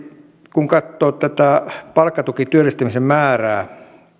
kun katsoo tätä palkkatukityöllistämisen määrää